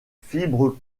fibre